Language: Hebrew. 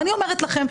ואני אומרת לכם,